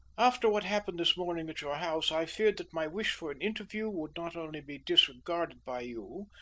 after what happened this morning at your house, i feared that my wish for an interview would not only be disregarded by you,